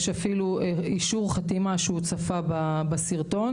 יש אישור חתימה שהוא צפה בסרטון